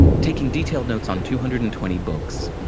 taking detailed notes on two hundred and twenty books,